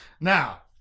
Now